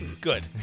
good